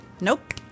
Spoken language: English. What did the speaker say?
nope